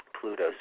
Pluto